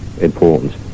important